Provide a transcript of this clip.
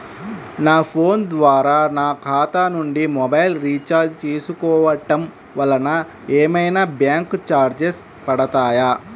నా ఫోన్ ద్వారా నా ఖాతా నుండి మొబైల్ రీఛార్జ్ చేసుకోవటం వలన ఏమైనా బ్యాంకు చార్జెస్ పడతాయా?